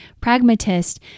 pragmatist